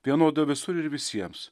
vienoda visur ir visiems